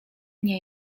nie